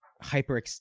Hyper